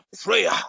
prayer